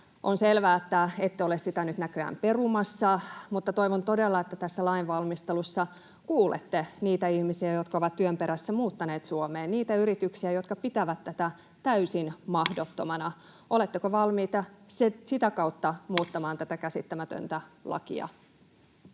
On selvää, että ette ole sitä nyt näköjään perumassa. Mutta toivon todella, että tässä lainvalmistelussa kuulette niitä ihmisiä, jotka ovat työn perässä muuttaneet Suomeen, ja niitä yrityksiä, jotka pitävät tätä täysin mahdottomana. Oletteko valmiita sitä kautta muuttamaan tätä käsittämätöntä lakia?